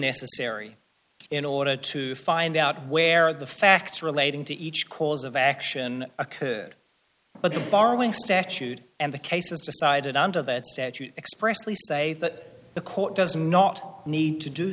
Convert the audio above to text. necessary in order to find out where the facts relating to each cause of action occurred but the borrowing statute and the cases decided on to that statute expressly say that the court does not need to do